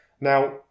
Now